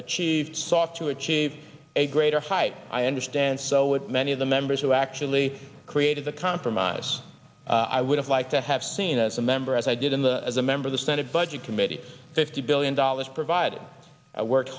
achieved sought to achieve a greater height i understand so with many of the members who actually created the compromise i would have liked to have seen as a member as i did in the as a member of the senate budget committee fifty billion dollars provided i worked